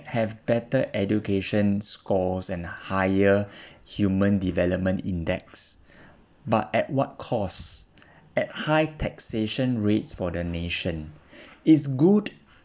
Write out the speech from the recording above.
have better education scores and higher human development index but at what cost at high taxation rates for the nation is good